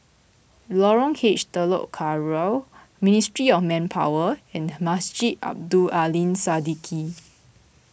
Lorong H Telok Kurau Ministry of Manpower and Masjid Abdul Aleem Siddique